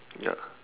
ya